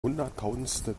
hunderttausendster